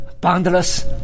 boundless